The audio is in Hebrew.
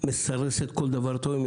מסרסת כל דבר טוב.